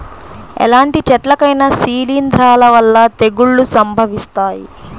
ఎలాంటి చెట్లకైనా శిలీంధ్రాల వల్ల తెగుళ్ళు సంభవిస్తాయి